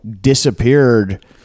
Disappeared